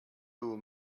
louis